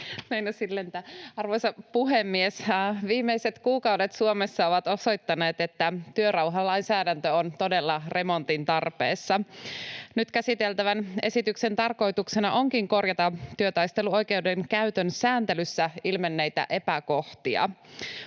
Arvoisa puhemies! Viimeiset kuukaudet Suomessa ovat osoittaneet, että työrauhalainsäädäntö on todella remontin tarpeessa. Nyt käsiteltävän esityksen tarkoituksena onkin korjata työtaisteluoikeuden käytön sääntelyssä ilmenneitä epäkohtia.